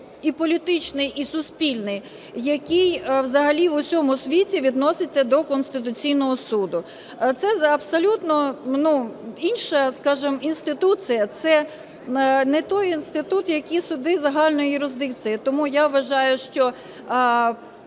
і політичний, і суспільний, який взагалі в усьому світі відноситься до Конституційного Суду. Це абсолютно інша, скажімо, інституція, це не той інститут, як є суди загальної юрисдикції. Тому я вважаю, що